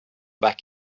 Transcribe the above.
back